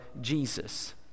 Jesus